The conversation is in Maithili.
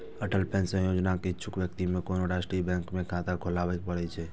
अटल पेंशन योजनाक इच्छुक व्यक्ति कें कोनो राष्ट्रीय बैंक मे खाता खोलबय पड़ै छै